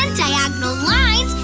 diagonal lines,